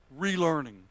relearning